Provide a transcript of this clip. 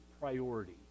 priority